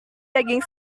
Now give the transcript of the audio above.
daging